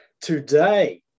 Today